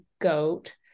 goat